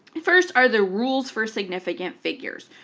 first are the rules for significant figures.